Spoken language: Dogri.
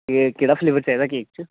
केक केह्ड़ा फ्लेवर चाहिदा केक च